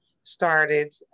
started